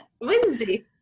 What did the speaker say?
Wednesday